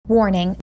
Warning